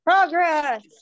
Progress